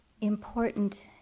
important